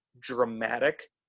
dramatic